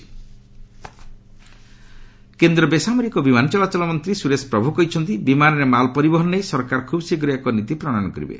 ପ୍ରଭୁ air cargo କେନ୍ଦ୍ର ବେସାମରିକ ବିମାନ ଚଳାଚଳ ମନ୍ତ୍ରୀ ସୁରେଶ ପ୍ରଭୁ କହିଛନ୍ତି ଯେ ବିମାନରେ ମାଲ୍ ପରିବହନ ନେଇ ସରକାର ଖୁବ୍ଶୀଘ୍ର ଏକ ନୀତି ପ୍ରଣୟନ କରିବେ